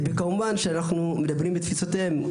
וכמובן שאנחנו מדברים בתפיסותיהם.